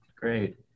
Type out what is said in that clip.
great